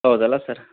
ಹೌದು ಅಲ್ಲ ಸರ್